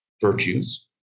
virtues